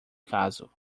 caso